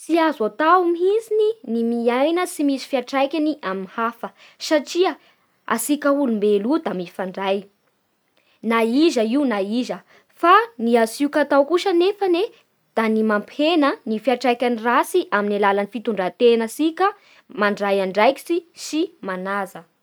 Tsy azo atao mihintsy ny miaina tsy misy fiantraikany amin'ny hafa, satria antsika olombelo io da mifandray na iza io na iza. Fa ny azotsika atao kosa nefany e da ny mampihena ny fiantraikan'ny ratsy amin'ny alalan'ny fitondratenatsika mandray andraikitsy sy manaja.